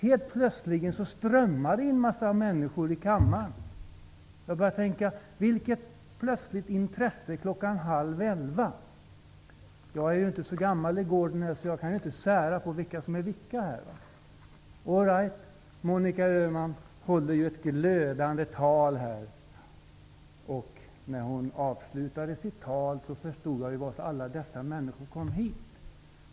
Helt plötsligt strömmade det in en mängd ledamöter i kammaren. Jag tänkte: Vilket plötsligt intresse kl. 22.30! Jag är inte så gammal i kåren att jag kan säga vilka som är vilka. Monica Öhman höll ett glödande tal. När hon avslutade sitt anförande förstod jag varför alla kommit till kammaren.